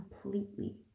completely